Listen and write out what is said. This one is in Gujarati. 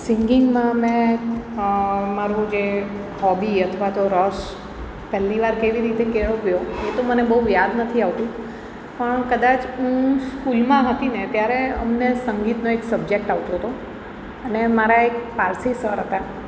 સિંગિંગમાં મેં મારું જે હોબી અથવા તો રસ પહેલી વાર કેવી રીતે કેળવ્યો તે તો મને બહુ યાદ નથી આવતું પણ કદાચ હું સ્કૂલમાં હતીને ત્યારે અમને સંગીતનો એક સબ્જેક્ટ આવતો હતો અને મારા એક પારસી સર હતા